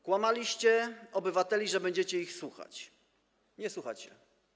Okłamaliście obywateli, że będziecie ich słuchać - nie słuchacie.